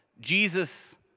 Jesus